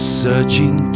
searching